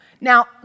Now